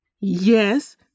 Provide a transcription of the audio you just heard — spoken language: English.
Yes